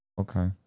okay